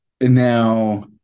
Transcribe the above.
now